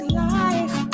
life